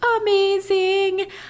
amazing